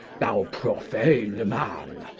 thou profane man!